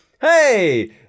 Hey